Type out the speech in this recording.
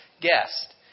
guest